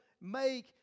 make